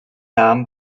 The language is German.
namen